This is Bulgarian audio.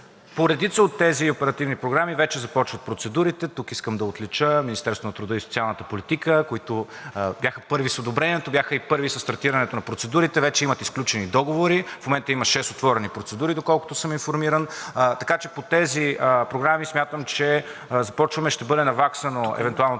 По редица от тези оперативни програми вече започват процедурите. Тук искам да отлича Министерството на труда и социалната политика, които бяха първи с одобрението, бяха и първи със стартирането на процедурите. Вече имат и сключени договори. В момента има шест отворени процедури, доколкото съм информиран. Така че по тези програми смятам, че започваме. Ще бъде наваксано евентуалното